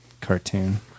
cartoon